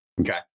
Okay